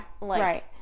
right